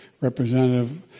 Representative